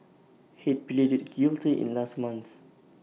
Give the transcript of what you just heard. Head pleaded guilty in last month